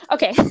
Okay